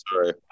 sorry